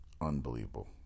unbelievable